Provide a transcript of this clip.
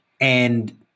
And-